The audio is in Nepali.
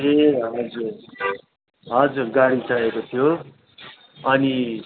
ए हजुर हजुर गाडी चाहिएको थियो अनि